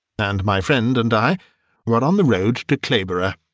and my friend and i were on the road to clayborough.